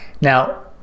Now